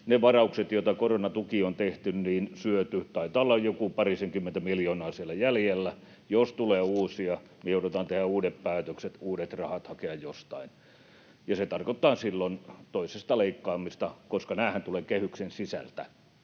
ne varaukset, joita koronatukiin on tehty, syöty. Taitaa olla joku parisenkymmentä miljoonaa siellä jäljellä. Jos tulee uusia, joudutaan tekemään uudet päätökset, hakemaan jostain uudet rahat, ja se tarkoittaa silloin toisista leikkaamista, koska nämähän tulevat kehyksen sisältä.